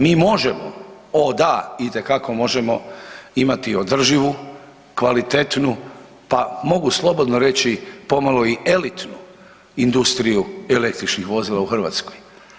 Mi možemo, o da, itekako možemo imati održivu, kvalitetnu, pa mogu slobodno reći pomalo i elitnu industriju električnih vozila u Hrvatskoj.